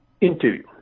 interview